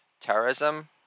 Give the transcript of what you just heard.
terrorism